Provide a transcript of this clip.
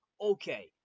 Okay